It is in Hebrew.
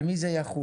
על מי זה יחול?